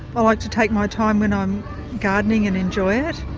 i like to take my time when i'm gardening and enjoy it.